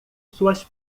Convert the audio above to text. suas